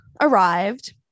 arrived